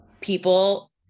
People